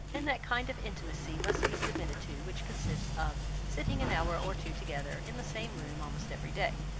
and that kind of intimacy must be submitted to, which consists of sitting an hour or two together in the same room almost every day.